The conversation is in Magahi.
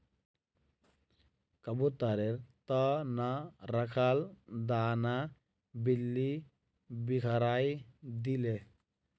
कबूतरेर त न रखाल दाना बिल्ली बिखरइ दिले